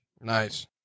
Nice